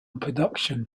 production